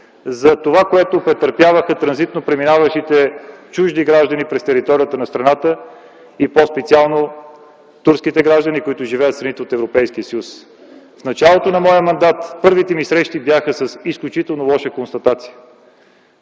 претърпявали чужди граждани, транзитно преминаващи през територията на страната и по-специално турските граждани, които живеят в страните от Европейския съюз. В началото на моя мандат първите ми срещи бяха с изключително лоши констатации.